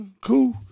Cool